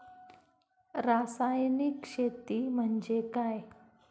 रासायनिक शेती म्हणजे काय?